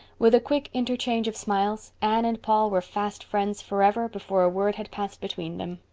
with a quick interchange of smiles anne and paul were fast friends forever before a word had passed between them.